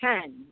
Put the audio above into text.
Ten